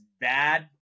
bad